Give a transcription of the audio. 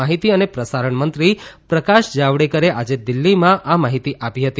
માહિતી અને પ્રસારણમંત્રી પ્રકાશ જાવડેકરે આજે દિલ્હીમાં આ માહિતી આપી હતી